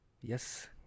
yes